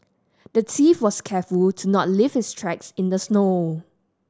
the thief was careful to not leave his tracks in the snow